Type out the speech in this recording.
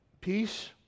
peace